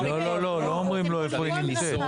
לא, לא, לא אומרים לו איפה היא נמצאת.